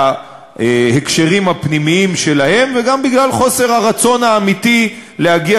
ההקשרים הפנימיים שלהם וגם בגלל חוסר הרצון האמיתי להגיע